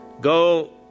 go